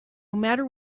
matter